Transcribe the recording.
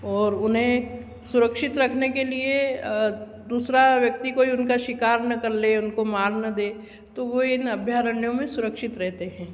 और उन्हें सुरक्षित रखने के लिए दूसरा व्यक्ति कोई उनका शिकार ना कर लें उनको मार ना दे तो वो इन अभयारण्यों में सुरक्षित रहते हैं